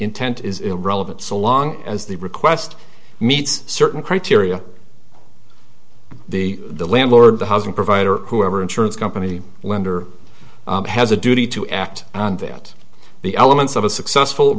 intent is irrelevant so long as the request meets certain criteria the landlord the housing provider whoever insurance company lender has a duty to act on that the elements of a successful